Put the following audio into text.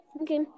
Okay